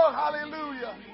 hallelujah